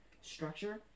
structure